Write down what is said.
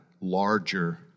larger